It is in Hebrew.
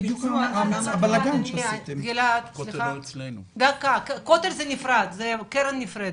זו קרן נפרדת.